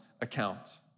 account